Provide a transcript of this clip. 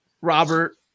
robert